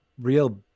real